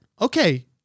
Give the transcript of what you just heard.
Okay